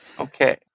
Okay